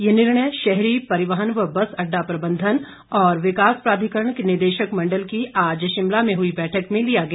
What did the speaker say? ये निर्णय शहरी परिवहन व बस अड्डा प्रबंधन और विकास प्राधिकरण के निदेशक मंडल की आज शिमला में हुई बैठक में लिया गया